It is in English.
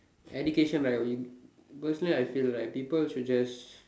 education right we personally I feel right people should just